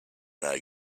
know